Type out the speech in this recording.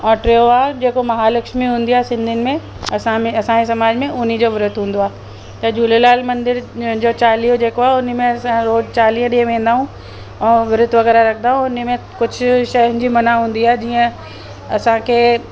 ऐं टियों आहे जेको महालक्ष्मी हूंदी आहे सिंधियुनि में असां में असांजे समाज में उन जो व्रत हूंदो आहे त झूलेलाल मंदर में जो चालीहो जेको आहे उन में असां रोज़ु चालीहे ॾींहुं वेंदा आहियूं ऐं व्रत वग़ैरह रखंदा आहियूं उन में कुझु शयुनि जी मना हूंदी आहे जीअं असांखे